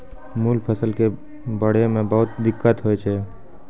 मूल फसल कॅ बढ़ै मॅ बहुत दिक्कत होय छै